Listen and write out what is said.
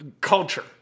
culture